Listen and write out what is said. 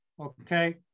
Okay